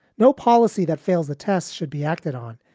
no policy that fails the test should be acted on,